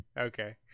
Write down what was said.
Okay